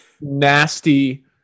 nasty